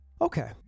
Okay